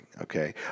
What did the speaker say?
okay